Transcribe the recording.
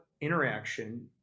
interaction